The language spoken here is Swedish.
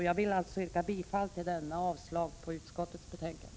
Jag vill yrka bifall till denna och avslag på utskottets hemställan.